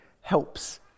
helps